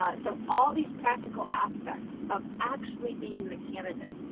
ah so all these practical aspects of actually being the candidate,